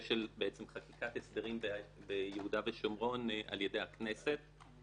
של חקיקת הסדרים ביהודה ושומרון על ידי הכנסת.